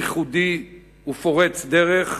ייחודי ופורץ דרך,